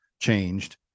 changed